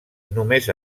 només